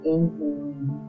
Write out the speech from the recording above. Inhaling